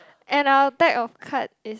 and our deck of card is